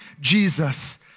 Jesus